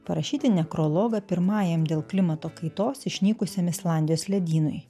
parašyti nekrologą pirmajam dėl klimato kaitos išnykusiam islandijos ledynui